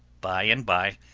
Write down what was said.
bye and bye,